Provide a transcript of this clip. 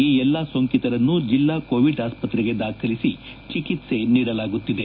ಈ ಎಲ್ಲಾ ಸೋಂಕಿತರನ್ನು ಜಿಲ್ಲಾ ಕೋವಿಡ್ ಆಸ್ಪತ್ರೆಗೆ ದಾಖಲಿಸಿ ಚಿಕಿತ್ಸೆ ನೀಡಲಾಗುತ್ತಿದೆ